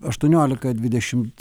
aštuoniolika dvidešimt